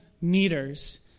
meters